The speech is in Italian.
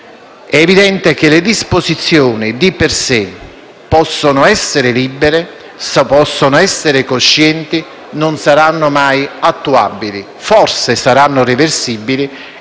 È evidente che le disposizioni, di per sé, possono essere libere, possono essere coscienti ma non saranno mai attuabili. Forse saranno reversibili